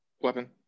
weapon